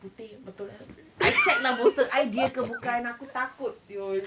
putih betul eh I check lah bolster I dia ke bukan aku takut [siol]